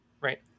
right